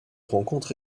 rencontre